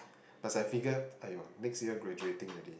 plus I figured !aiyo! next year graduating already